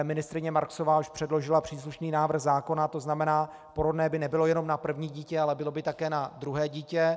Ministryně Marksová už předložila příslušný návrh zákona, tzn. porodné by nebylo jenom na první dítě, ale bylo by také na druhé dítě.